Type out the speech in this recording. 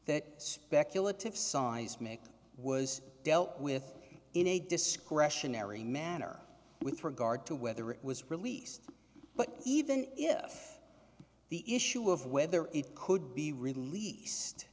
that speculative seismic was dealt with in a discretionary manner with regard to whether it was released but even if the issue of whether it could be released